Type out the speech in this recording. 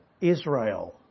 Israel